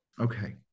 Okay